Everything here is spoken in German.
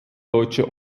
deutsche